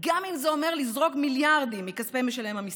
גם אם זה אומר לזרוק מיליארדים מכספי משלם המיסים,